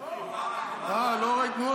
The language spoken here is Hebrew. אה, לא ראיתי.